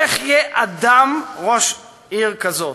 / איך יהיה אדם / ראש עיר כזאת?